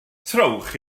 trowch